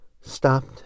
stopped